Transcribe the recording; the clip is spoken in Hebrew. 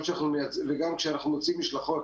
כשאנחנו מוציאים משלחות